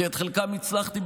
כי את חלקם הצלחתי,